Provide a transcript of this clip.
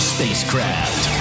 Spacecraft